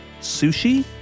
sushi